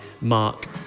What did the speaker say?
Mark